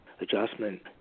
adjustment